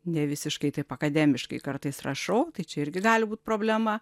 ne visiškai taip akademiškai kartais rašau tai čia irgi gali būt problema